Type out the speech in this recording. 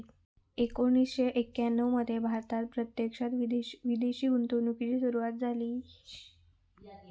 एकोणीसशे एक्याण्णव मध्ये भारतात प्रत्यक्षात विदेशी गुंतवणूकीची सुरूवात झाली